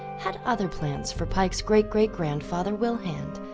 had other plans for pike's great-great-grandfather wilhand,